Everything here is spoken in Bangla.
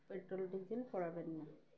পেট্রোল ডিজেল পোড়াবেন না